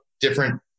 different